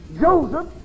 Joseph